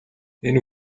энэ